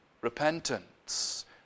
repentance